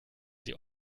sie